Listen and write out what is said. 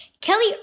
Kelly